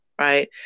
right